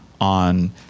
on